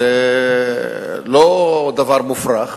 זה לא דבר מופרך,